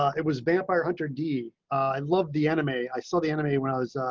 it was vampire hunter d i love the enemy. i saw the enemy. when i was